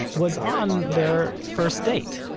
was on their first date.